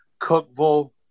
Cookville